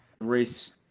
race